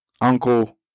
uncle